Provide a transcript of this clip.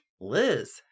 Liz